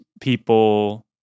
people